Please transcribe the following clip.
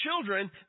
children